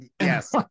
Yes